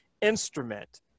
instrument